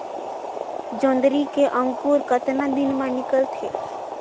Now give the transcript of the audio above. जोंदरी के अंकुर कतना दिन मां निकलथे?